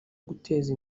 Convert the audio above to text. guteza